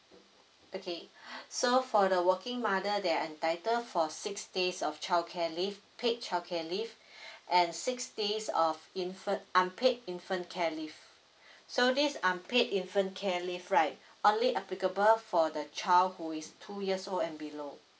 okay so for the working mother they're entitle for six days of childcare leave paid childcare leave and six days of infant unpaid infant care leave so this unpaid infant care leave right only applicable for the child who is two years old and below